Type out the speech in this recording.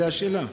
זאת השאלה.